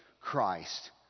Christ